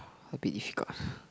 a bit difficult